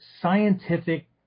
scientific